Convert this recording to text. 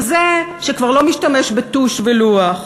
כזה שכבר לא משתמש בטוש ולוח